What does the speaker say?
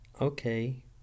okay